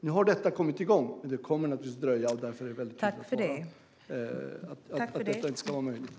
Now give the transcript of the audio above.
Nu har byggandet kommit igång men det kommer naturligtvis att dröja, och därför är det viktigt att just det här inte ska vara möjligt.